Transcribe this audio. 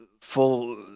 full